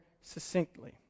succinctly